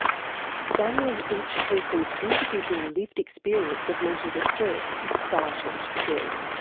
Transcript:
valuing each person's individual lived experience of mental distress is vital, she says,